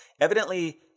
Evidently